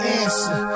answer